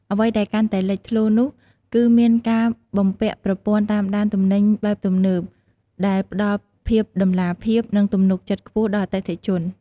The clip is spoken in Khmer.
អ្វីដែលកាន់តែលេចធ្លោនោះ គឺមានការបំពាក់ប្រព័ន្ធតាមដានទំនិញបែបទំនើប ដែលផ្ដល់ភាពតម្លាភាព និងទំនុកចិត្តខ្ពស់ដល់អតិថិជន។